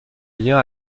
lien